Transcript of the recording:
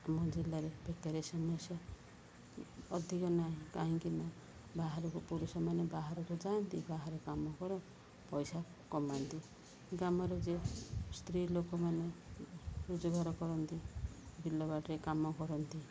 ଆମ ଜିଲ୍ଲାରେ ବେକାରି ସମସ୍ୟା ଅଧିକ ନାହିଁ କାହିଁକି ନା ବାହାରକୁ ପୁରୁଷମାନେ ବାହାରକୁ ଯାଆନ୍ତି ବାହାରେ କାମ କର ପଇସା କମାନ୍ତି ଗ୍ରାମରେ ଯେ ସ୍ତ୍ରୀ ଲୋକମାନେ ରୋଜଗାର କରନ୍ତି ବିଲ ବାଡ଼ିରେ କାମ କରନ୍ତି